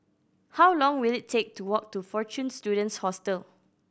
how long will it take to walk to Fortune Students Hostel